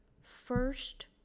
First